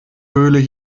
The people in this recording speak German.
höhle